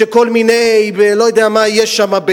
לא יודע מה יהיה שם,